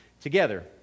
together